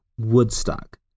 Woodstock